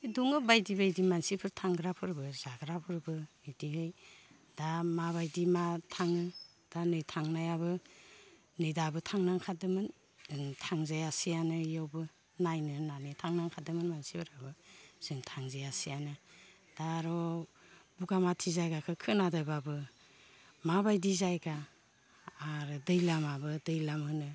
दङो बायदि बायदि मानसिफोर थांग्राफोरबो जाग्राफोरबो इदिहाय दा माबायदि मा थाङो दा नै थांनायाबो नै दाबो थांनो ओंखारदोमोन थांजायासैआनो इयावबो नायनो होननानै थांनो ओंखारदोमोन मानसिफोराबो जों थांजायासैयानो दा आर' बगामाथि जायगाखो खोनादोब्लाबो माबायदि जायगा आरो दैलामाबो दैलाम होनो